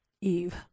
Eve